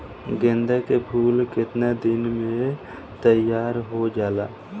गेंदा के फूल केतना दिन में तइयार हो जाला?